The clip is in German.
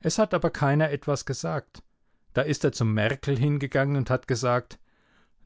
es hat aber keiner etwas gesagt da ist er zum merkel hingegangen und hat gesagt